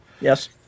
yes